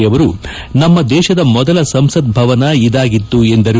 ನಮ್ನ ದೇಶದ ಮೊದಲ ಸಂಸತ್ ಭವನ ಇದಾಗಿತ್ತು ಎಂದರು